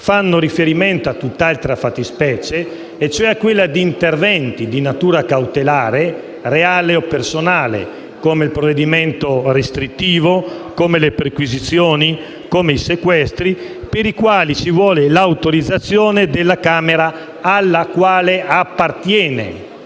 fa riferimento a tutt'altra fattispecie e, cioè, a quella di interventi di natura cautelare, reale o personale, come il provvedimento restrittivo, come le perquisizioni, come i sequestri, per i quali ci vuole l'autorizzazione della Camera alla quale appartiene.